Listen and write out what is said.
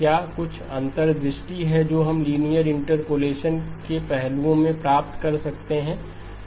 क्या कुछ अंतर्दृष्टि है जो हम लिनियर इंटरपोलेशन के पहलुओं में प्राप्त कर सकते हैं